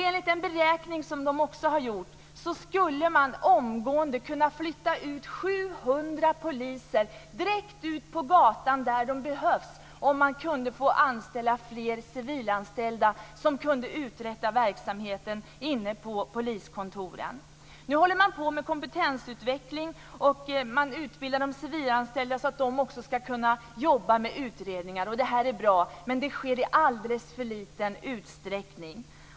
Enligt den beräkning som de också har gjort skulle man omgående kunna flytta 700 poliser i landet direkt ut på gatan, där de behövs, om man kunde få ha fler civilanställda som kunde bedriva verksamheten inne på poliskontoren. Nu håller man på med kompetensutveckling. Man utbildar de civilanställda så att de också ska kunna jobba med utredningar. Det är bra, men det sker i alldeles för liten utsträckning.